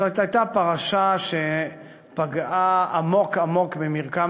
זאת הייתה פרשה שפגעה עמוק עמוק במרקם